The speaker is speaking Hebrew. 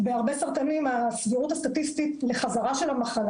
בהרבה סרטנים הסבירות הסטטיסטית לחזרה של המחלה